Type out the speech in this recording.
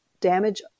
damage